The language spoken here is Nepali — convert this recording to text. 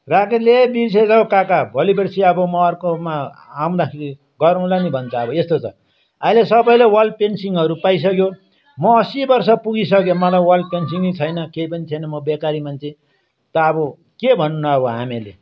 राकेसले ए बिर्सिएछ हौ काका भोली पर्सि अब म अर्कोमा आउँदाखेरि गरौँला नि भन्छ अब यस्तो छ अहिले सबैले ओल्ड पेन्सनहरू पाइसक्यो म असी वर्ष पुगिसक्यो मलाई ओल्ड पेन्सनै छैन केही पनि छैन म बेकारी मान्छे त अब के भन्नु हामीले